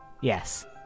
Yes